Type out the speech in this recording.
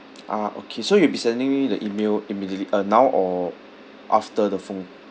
ah okay so you'll be sending me the email immediately uh now or after the phone